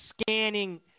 scanning